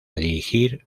dirigir